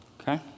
Okay